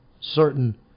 certain